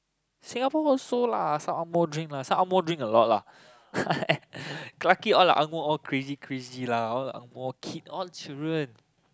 Singapore also lah some angmoh drink lah some angmoh drink a lot lah Clarke-Quay all the angmoh all crazy crazy lah all the angmoh kid all children